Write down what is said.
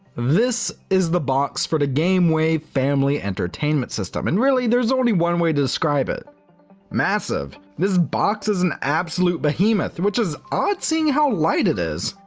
this is the box for the game wave family entertainment system and, really, there's only one way to describe it massive! this box is an absolute behemoth which is odd, seeing how light it is.